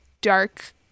dark